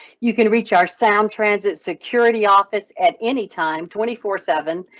you can reach our sound transit security office at anytime, twenty four seven.